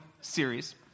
series